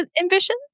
ambition